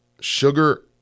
sugar